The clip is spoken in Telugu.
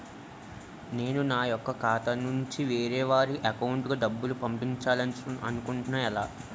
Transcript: నేను నా యెక్క ఖాతా నుంచి వేరే వారి అకౌంట్ కు డబ్బులు పంపించాలనుకుంటున్నా ఎలా?